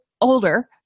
older